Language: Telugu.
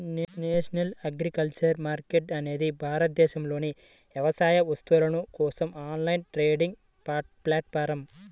నేషనల్ అగ్రికల్చర్ మార్కెట్ అనేది భారతదేశంలోని వ్యవసాయ వస్తువుల కోసం ఆన్లైన్ ట్రేడింగ్ ప్లాట్ఫారమ్